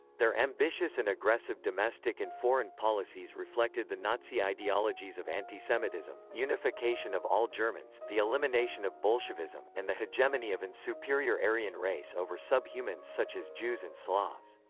their ambitious and aggressive domestic and foreign policies reflected the nazi ideologies of anti-semitism, unification of all germans, the elimination of bolshevism, and the hegemony of an superior aryan aryan race over sub-humans such as jews and slavs.